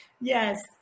Yes